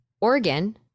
organ